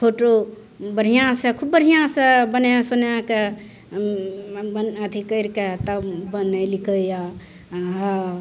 photo बढ़िआँसे खूब बढ़िआँसे बनै सोनैके अथी करिके तब बनेलकै यऽ हँ